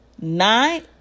nine